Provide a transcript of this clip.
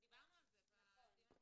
דיברנו על זה בדיון הקודם.